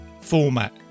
format